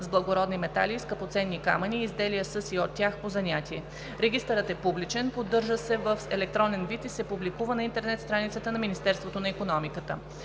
с благородни метали и скъпоценни камъни и изделия със и от тях по занятие. Регистърът е публичен, поддържа се в електронен вид и се публикува на интернет страницата на Министерството на икономиката.